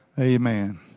Amen